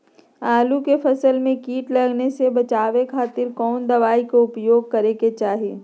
आलू के फसल में कीट लगने से बचावे खातिर कौन दवाई के उपयोग करे के चाही?